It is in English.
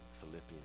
Philippians